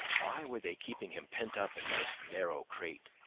why were they keeping him pent up in this narrow crate?